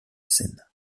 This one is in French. seine